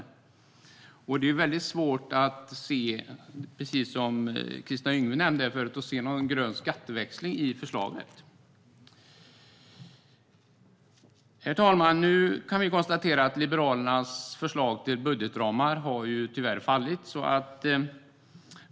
Precis som Kristina Yngwe nämnde här förut är det väldigt svårt att se någon grön skatteväxling i förslaget. Herr talman! Nu kan vi konstatera att Liberalernas förslag till budgetramar tyvärr har fallit.